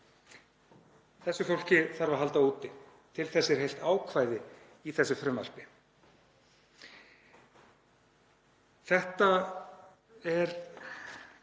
þessu fólki þarf að halda úti. Til þess er heilt ákvæði í þessu frumvarpi. Þetta er